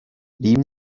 leben